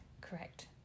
Correct